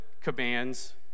commands